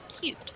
Cute